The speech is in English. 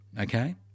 Okay